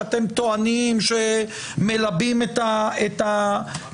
שאתם טוענים שמלבים את המחאה.